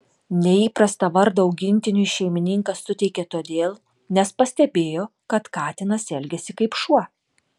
neįprastą vardą augintiniui šeimininkas suteikė todėl nes pastebėjo kad katinas elgiasi kaip šuo